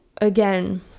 again